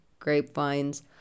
Grapevines